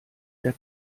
der